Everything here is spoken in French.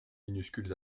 minuscules